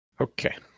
Okay